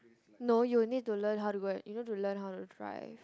no you will need to learn how to go and you need to learn how to drive